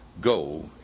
Go